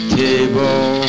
table